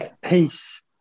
Peace